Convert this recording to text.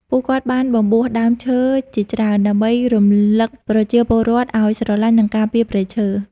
ពួកគាត់បានបំបួសដើមឈើជាច្រើន ដើម្បីរំឭកប្រជាពលរដ្ឋឱ្យស្រលាញ់ និងការពារព្រៃឈើ។